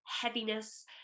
heaviness